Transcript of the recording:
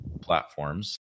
platforms